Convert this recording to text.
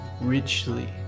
richly